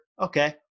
Okay